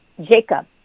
Jacob